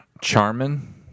Charmin